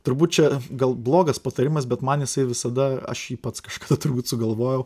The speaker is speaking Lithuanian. turbūt čia gal blogas patarimas bet man jisai visada aš jį pats kažkada turbūt sugalvojau